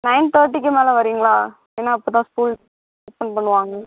nine தர்ட்டிக்கு மேலே வர்றீங்களா ஏன்னா அப்போ தான் ஸ்கூல் ஓப்பன் பண்ணுவாங்க